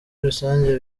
rusange